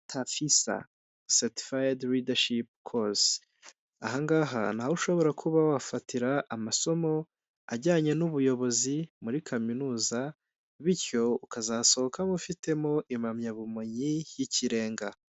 Tafisa satifayedi ridashipu koruzi ahangaha ni aho ushobora kuba wafatira amasomo ajyanye n'ubuyobozi muri kaminuza bityo ukazasohoka aba ufitemo impamyabumenyi y'ikirenga.